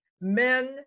men